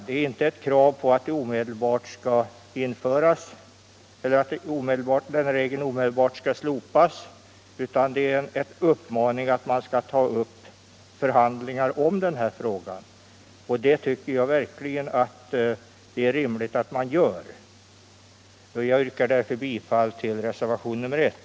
Vi har inte något krav på att regeln omedelbart skall slopas utan reservationen innebär en uppmaning att man skall ta upp förhandlingar om den här frågan. Det är rimligt att man gör det. Jag yrkar därför bifall till reservationen 1.